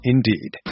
Indeed